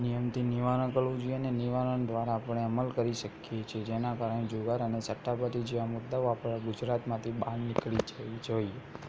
નિયમથી નિવારણ કરવું જોઇએ અને નિવારણ દ્વારા આપણે અમલ કરી શકીએ છીએ જેનાં કારણે જુગાર અને સટ્ટાબાજી જેવા મુદ્દાઓ આપણા ગુજરાતમાંથી બહાર નીકળી જવી જોઇએ